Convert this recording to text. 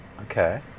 Okay